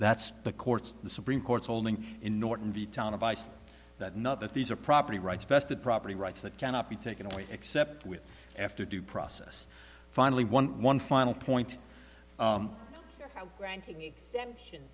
that's the courts the supreme court's holding in norton v town advice that not that these are property rights vested property rights that cannot be taken away except with after due process finally one one final point granting